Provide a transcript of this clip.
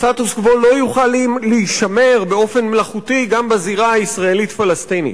הסטטוס-קוו לא יוכל להישמר באופן מלאכותי גם בזירה הישראלית-פלסטינית.